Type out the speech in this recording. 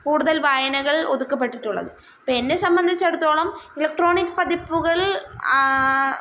കൂടുതല് വായനകള് ഒതുക്കപ്പെട്ടിട്ടുള്ളത് എന്നെ സംബന്ധിച്ചിടത്തോളം ഇലക്ട്രോണിക് പതിപ്പുകള്